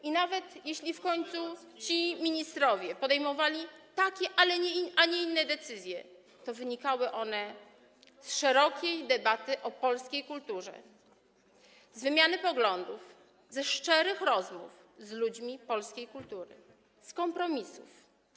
I nawet jeśli w końcu ci ministrowie podejmowali takie, a nie inne decyzje, to wynikały one z szerokiej debaty o polskiej kulturze, z wymiany poglądów, ze szczerych rozmów z ludźmi polskiej kultury, z kompromisów.